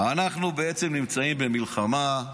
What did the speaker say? אנחנו בעצם נמצאים במלחמה,